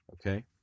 Okay